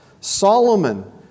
Solomon